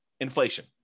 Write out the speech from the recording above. Inflation